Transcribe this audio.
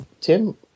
Tim